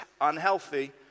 unhealthy